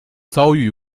遭遇